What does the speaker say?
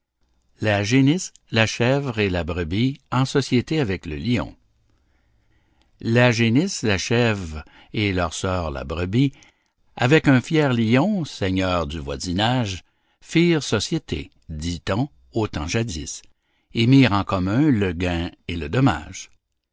la génisse la chèvre et la brebis en société avec le lion la génisse la chèvre et leur sœur la brebis avec un fier lion seigneur du voisinage firent société dit-on au temps jadis et mirent en commun le gain et le dommage